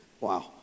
Wow